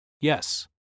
Yes